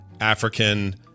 African